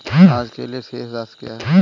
आज के लिए शेष राशि क्या है?